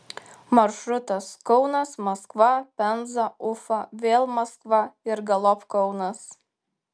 maršrutas kaunas maskva penza ufa vėl maskva ir galop kaunas